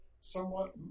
somewhat